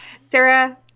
Sarah